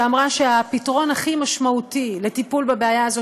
שאמרה שהפתרון הכי משמעותי לטיפול בבעיה הזאת